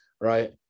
right